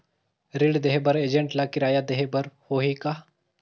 ऋण देहे बर एजेंट ला किराया देही बर होही का?